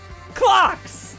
Clocks